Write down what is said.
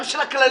גם של הכללים.